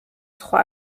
სხვა